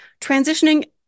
Transitioning